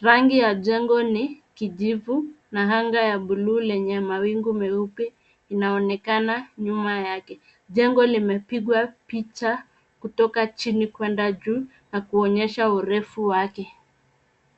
Rangi ya jengo ni kijivu na anga ya buluu lenye mawingu meupe inaonekana nyuma yake. Jengo limepigwa picha kutoka chini kwenda juu na kuonyesha urefu wake.